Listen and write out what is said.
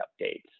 updates